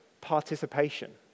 participation